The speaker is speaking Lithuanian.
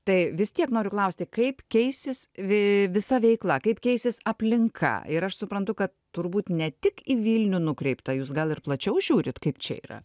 tai vis tiek noriu klausti kaip keisis vi visa veikla kaip keisis aplinka ir aš suprantu kad turbūt ne tik į vilnių nukreipta jūs gal ir plačiau žiūrit kaip čia yra